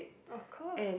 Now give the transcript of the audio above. of course